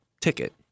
ticket